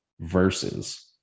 Versus